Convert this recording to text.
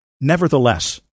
Nevertheless